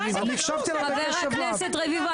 --- הקשבתי לך בקשב רב --- חבר הכנסת רביבו,